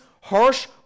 harsh